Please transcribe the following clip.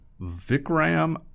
Vikram